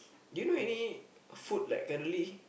do you know any food like currently